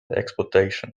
exploitation